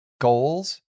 goals